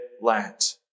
land